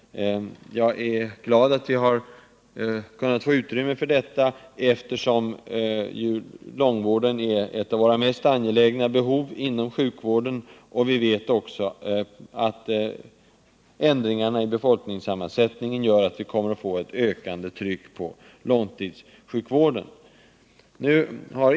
Jag är glad att vi har kunnat få utrymme för detta, eftersom långvården är ett av våra mest angelägna behovsområden inom sjukvården. Vi vet också att förändringarna i befolkningssammansättningen gör att vi kommer att få ett ökande tryck på långtidssjukvården.